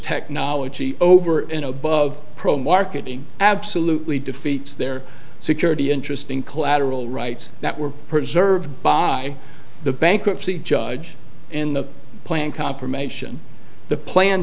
technology over and above pro marketing absolutely defeats their security interest in collateral rights that were preserved by the bankruptcy judge in the plan confirmation the plan